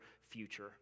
future